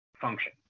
function